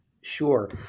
Sure